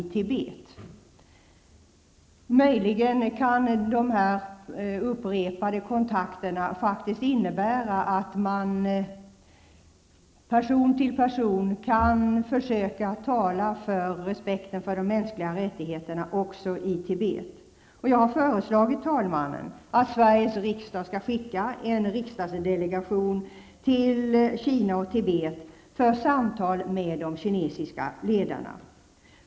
Möjligen kan de här upprepade kontakterna innebära att man person till person kan försöka tala för respekten för de mänskliga rättigheterna även i Tibet. Jag har föreslagit talmannen att Sveriges riksdag skall skicka en riksdagsdelegation till Kina och Tibet för samtal med de kinesiska ledarna.